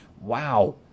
wow